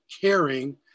caring